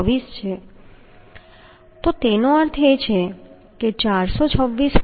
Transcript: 24 છે તો તેનો અર્થ એ કે 426